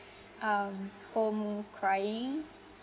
um home crying